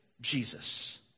Jesus